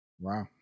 wow